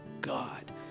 God